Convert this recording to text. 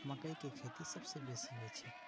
मकइके खेती सभसे बेसी होइ छै